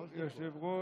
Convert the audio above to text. אדוני היושב-ראש,